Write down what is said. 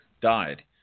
died